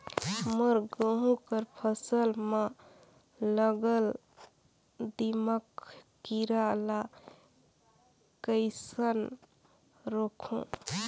मोर गहूं कर फसल म लगल दीमक कीरा ला कइसन रोकहू?